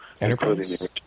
Enterprise